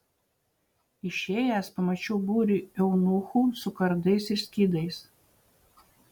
išėjęs pamačiau būrį eunuchų su kardais ir skydais